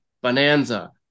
bonanza